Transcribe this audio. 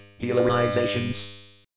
healerizations